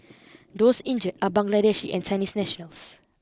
those injured are Bangladeshi and Chinese nationals